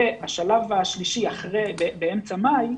השלב השלישי, באמצע מאי,